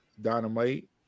Dynamite